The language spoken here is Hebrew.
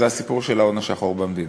זה הסיפור של ההון השחור במדינה,